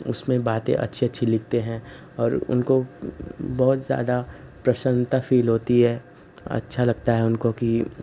उसमें बातें अच्छी अच्छी लिखते हैं और उनको बहुत ज्यादा प्रसन्नता फील होती है अच्छ लगता है उनको की